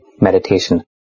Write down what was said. meditation